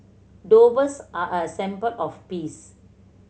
doves are a symbol of peace